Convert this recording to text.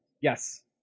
yes